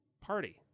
party